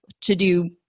to-do